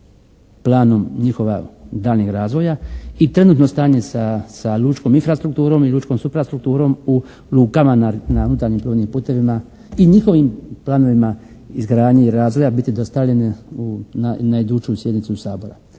planom njihova daljnjeg razvoja i trenutno stanje sa lučkom infrastrukturom i lučkom suprastrukturom u lukama na unutarnjim plovnim putevima i njihovim planovima izgradnje i razvoja biti dostavljene na idućoj sjednici Sabora.